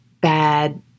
bad